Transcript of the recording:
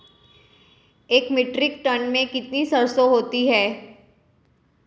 एक metric tonne में कितनी सरसों होती है?